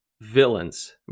villains